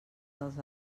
dels